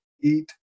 eat